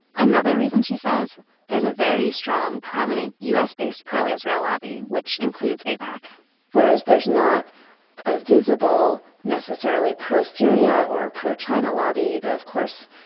another reason, she says there's a very strong, prominent u s based pro-israel lobby, which includes aipac whereas there's not a visible, necessarily, pro-syria or a pro-china lobby. though, of course,